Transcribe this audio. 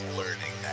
learning